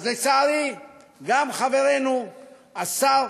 לצערי גם חברנו השר